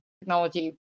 technology